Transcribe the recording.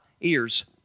ears